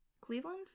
cleveland